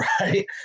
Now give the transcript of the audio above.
right